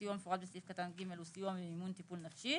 הסיוע המפורט בסעיף קטן (ג) הוא סיוע במימון טיפול נפשי.